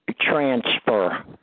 transfer